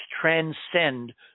transcend